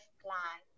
plan